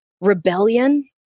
rebellion